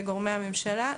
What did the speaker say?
לגורמי הממשלה,